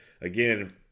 again